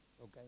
okay